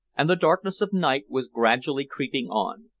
and the darkness of night was gradually creeping on.